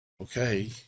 okay